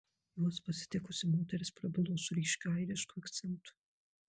juos pasitikusi moteris prabilo su ryškiu airišku akcentu